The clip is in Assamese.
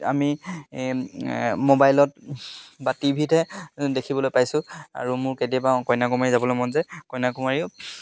আমি মোবাইলত বা টিভিহে দেখিবলৈ পাইছোঁ আৰু মোৰ কেতিয়াবা কন্য়াকুমাৰী যাবলৈ মন যায় কন্য়াকুমাৰীও